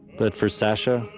but for sasha,